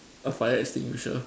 a fire extinguisher